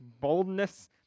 boldness